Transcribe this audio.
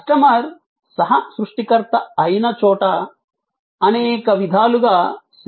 customer సహ సృష్టికర్త అయిన చోట అనేక విధాలుగా సేవలు అందించబడతాయి